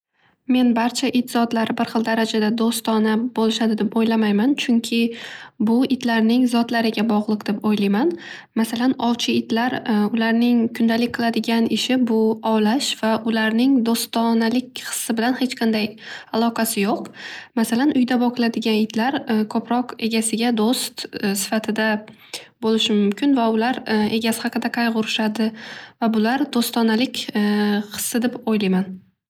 Men barcha it zotlari bir xil darajada dostona bo'ladi deb o'ylamayman chunki bu itlarning zotlariga bog'liq deb o'yliyman. Masalan ovchi itlar ularning kundalik qiladigan ishi bu ovlash va ularning do'stonalik hissi bilan hech qanday aloqasi yo'q. Masalan uyda boqiladigan itlar ko'proq egasiga do'st sifatida bo'lishi mumkin va ular egasi haqida qayg'urishadi va bular do'stonalik hissi deb o'yliyman.